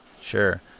Sure